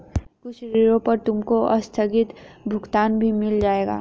कुछ ऋणों पर तुमको आस्थगित भुगतान भी मिल जाएंगे